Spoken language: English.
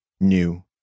new